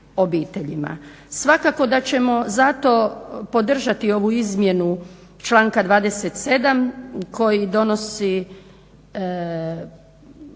Svakako da ćemo zato podržati ovu izmjenu članka 27. koji se